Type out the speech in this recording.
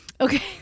okay